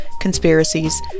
conspiracies